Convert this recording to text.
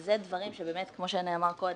כמו שנאמר קודם,